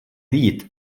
dit